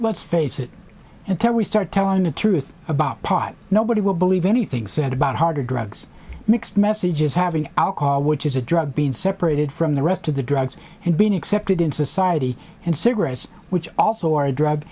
let's face it until we start telling the truth about pot nobody will believe anything said about harder drugs mixed messages having alcohol which is a drug been separated from the rest of the drugs and been accepted in society and cigarettes which also are a drug